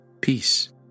peace